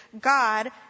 God